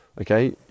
Okay